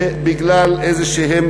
שבגלל איזשהם